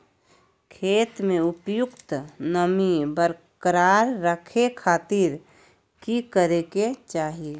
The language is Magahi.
खेत में उपयुक्त नमी बरकरार रखे खातिर की करे के चाही?